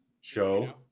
Show